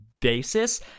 basis